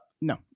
No